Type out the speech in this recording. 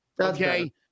Okay